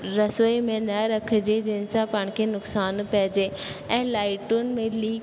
रसोई में न रखिजे जंहिंसां पाण खे नुक़सान पइजे ऐं लाइटुनि में ली